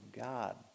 God